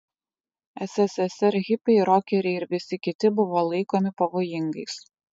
sssr hipiai rokeriai ir visi kiti buvo laikomi pavojingais